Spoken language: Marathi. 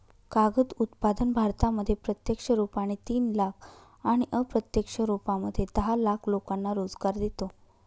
कागद उत्पादन भारतामध्ये प्रत्यक्ष रुपाने तीन लाख आणि अप्रत्यक्ष रूपामध्ये दहा लाख लोकांना रोजगार देतो